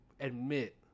admit